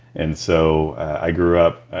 and so i grew up,